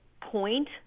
point